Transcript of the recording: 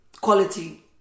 quality